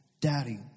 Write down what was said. Daddy